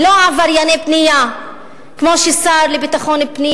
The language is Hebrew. ולא עברייני בנייה כמו שהשר לביטחון פנים